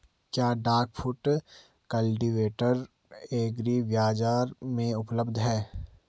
क्या duck foot cultivator agri बाज़ार में उपलब्ध है?